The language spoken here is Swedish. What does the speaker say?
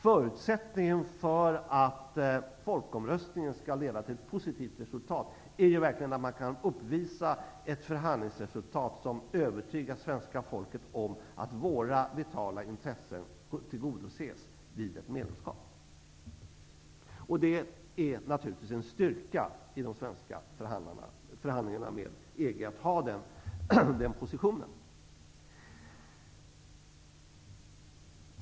Förutsättningen för att folkomröstningen skall leda till ett positivt resultat är verkligen att man kan uppvisa ett förhandlingsresultat som övertygar svenska folket om att våra vitala intressen tillgodoses vid ett medlemskap. Det är naturligtvis en styrka för de svenska förhandlarna att ha den positionen gentemot EG.